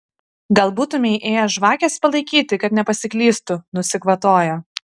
gal būtumei ėjęs žvakės palaikyti kad nepasiklystų nusikvatojo